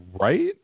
Right